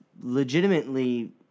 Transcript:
legitimately